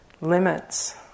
limits